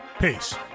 Peace